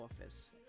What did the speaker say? office